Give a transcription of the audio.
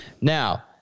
Now